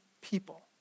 people